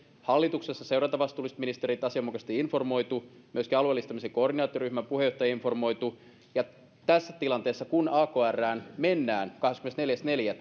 hallituksessa seurantavastuullisia ministereitä on asianmukaisesti informoitu myöskin alueellistamisen koordinaatioryhmän puheenjohtajaa on informoitu tässä tilanteessa kun akrään alueellistamisen koordinaatioryhmään mennään kahdeskymmenesneljäs